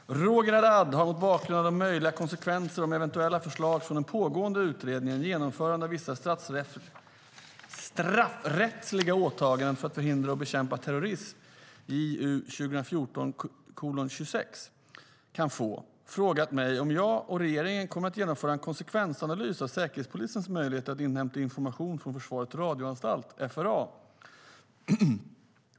Herr talman! Roger Haddad har, mot bakgrund av de möjliga konsekvenser som eventuella förslag från den pågående utredningen Genomförande av vissa straffrättsliga åtaganden för att förhindra och bekämpa terrorism kan få, frågat mig om jag och regeringen kommer att genomföra en konsekvensanalys av Säkerhetspolisens möjligheter att inhämta information från Försvarets radioanstalt, FRA.